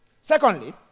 secondly